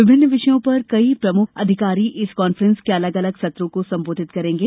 विभिन्न विषयों पर कई प्रमुख विभागों के अधिकारी इस कॉफ्रेंस के अलग अलग सत्रों को संबोधित करेंगे